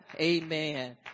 Amen